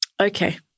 Okay